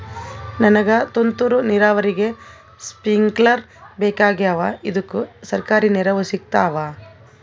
ನನಗ ತುಂತೂರು ನೀರಾವರಿಗೆ ಸ್ಪಿಂಕ್ಲರ ಬೇಕಾಗ್ಯಾವ ಇದುಕ ಸರ್ಕಾರಿ ನೆರವು ಸಿಗತ್ತಾವ?